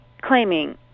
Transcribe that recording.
claiming